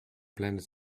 planet